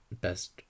best